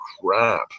crap